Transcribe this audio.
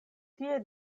tie